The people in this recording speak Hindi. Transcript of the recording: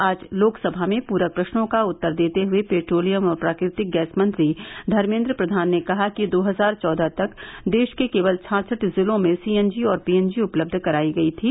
आज लोकसभा में प्रक प्रश्नों का उत्तर देते हुए पेट्रोलियम और प्राकृतिक गैस मंत्री धर्मेन्द्र प्रधान ने कहा कि दो हजार चौदह तक देश के केवल छांछठ जिलों में सीएनजी और पीएनजी उपलब्ध कराई गई थी